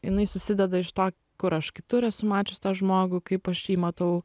jinai susideda iš to kur aš kitur esu mačius tą žmogų kaip aš jį matau